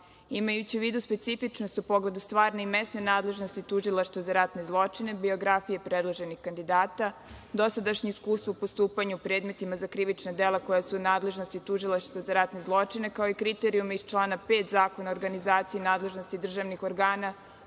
Imajući u vidu specifičnost u pogledu stvarne i mesne nadležnosti Tužilaštva za ratne zločine, biografije predloženih kandidata, dosadašnje iskustvo u postupanju predmetima za krivična dela koja su u nadležnosti Tužilaštva za ratne zločine, kao i kriterijume iz člana 5. Zakona o organizaciji nadležnosti državnih organa